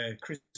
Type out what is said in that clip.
Chris